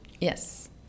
Yes